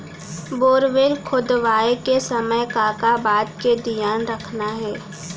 Borewell खोदवाए के समय का का बात के धियान रखना हे?